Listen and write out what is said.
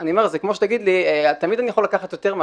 זה כמו שתגיד לי: תמיד אני יכול לקחת יותר.